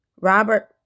Robert